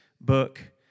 book